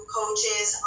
coaches